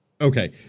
okay